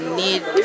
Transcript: need